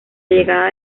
llegada